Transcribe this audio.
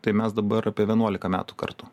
tai mes dabar apie vienuoliką metų kartu